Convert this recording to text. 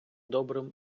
добрим